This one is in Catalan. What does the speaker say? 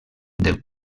del